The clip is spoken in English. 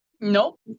Nope